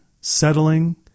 settling